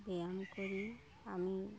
ব্যায়াম করি আমি